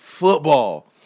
Football